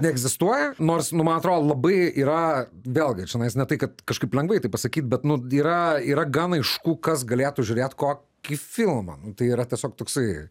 neegzistuoja nors nu man atrodo labai yra vėlgi čionais ne tai kad kažkaip lengvai tai pasakyt bet nu yra yra gan aišku kas galėtų žiūrėt kokį filmą nu tai yra tiesiog toksai